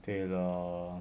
对 lor